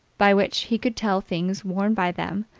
by which he could tell things worn by them,